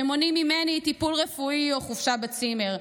שמונעים ממני טיפול רפואי או חופשה בצימר.